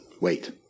wait